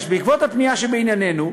5. בעקבות הפנייה שבענייננו,